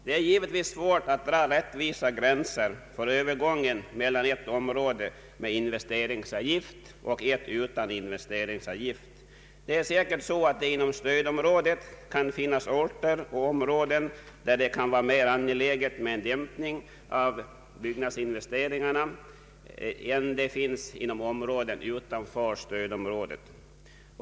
Det är givetvis svårt att dra rättvisa gränser för övergången mellan ett om råde med investeringsavgift och ett utan investeringsavgift. Det kan säkert inom stödområdet finnas orter och områden där det kan vara mer angeläget med en dämpning av byggnadsinvesteringarna än inom områden utanför stödområdet.